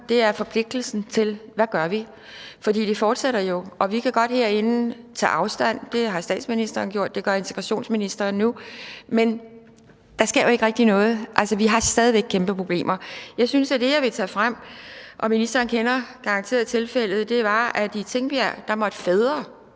er forpligtelsen, i forhold til hvad vi gør – for det fortsætter jo. Vi kan godt herinde tage afstand fra det – det har statsministeren gjort, det gør integrationsministeren nu – men der sker jo ikke rigtig noget. Altså, vi har stadig væk kæmpe problemer. Jeg synes, at det, jeg vil tage frem her – og ministeren kender garanteret tilfældet – er, at i Tingbjerg måtte fædre,